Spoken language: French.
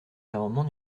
l’amendement